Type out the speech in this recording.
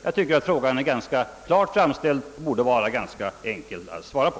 Jag tycker att frågan är klart framställd och därför borde vara ganska enkel att svara på.